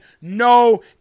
no